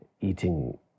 eating